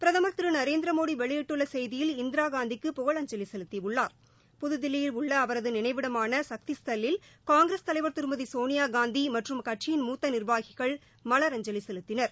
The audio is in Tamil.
பிரதமர் திரு நரேந்திர மோடி வெளியிட்டுள்ள செய்தியில் இந்திராகாந்திக்கு புகழஞ்சலி செலுத்தியுள்ளார் புதுதில்லியில் உள்ள அவரது நினைவிடமான சக்தி ஸ்தல்லில் காங்கிரஸ் தலைவர் திருமதி சோனியாகாந்தி மற்றும் கட்சியின் மூத்த நிர்வாகிகள் மலரஞ்சலி செலுத்தினர்